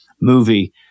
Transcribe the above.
movie